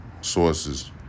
sources